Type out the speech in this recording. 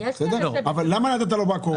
אבל למה נתת לו בקורונה?